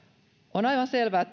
on aivan selvää